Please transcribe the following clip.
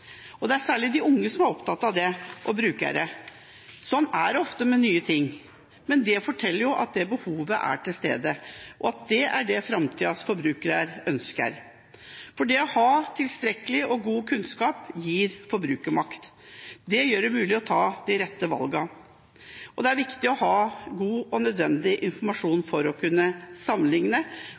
Det er særlig de unge som er opptatt av dette, og som bruker det mest. Sånn er det ofte med nye ting. Men det forteller at behovet er til stede, og at det er dette framtidas forbrukere ønsker. Det å ha tilstrekkelig og god kunnskap gir forbrukermakt. Det gjør det mulig å ta de rette valgene, og det er viktig å ha god og nødvendig informasjon for å kunne sammenligne.